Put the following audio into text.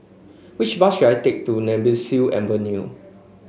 which bus should I take to Nemesu Avenue